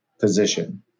position